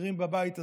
בכירים בבית הזה.